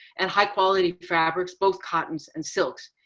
and high quality fabrics, both cottons and silks.